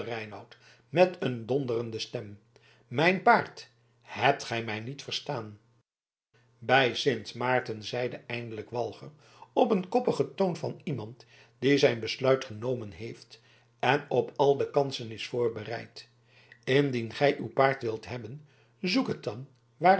met een donderende stem mijn paard hebt gij mij niet verstaan bij sint maarten zeide eindelijk walger op den koppigen toon van iemand die zijn besluit genomen heeft en op al de kansen is voorbereid indien gij uw paard wilt hebben zoek het dan